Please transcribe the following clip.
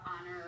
honor